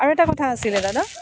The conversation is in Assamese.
আৰু এটা কথা আছিলে দাদা